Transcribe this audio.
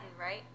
right